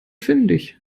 fündig